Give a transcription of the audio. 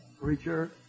preacher